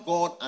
God